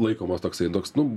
laikomas toksai toks nu